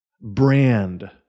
brand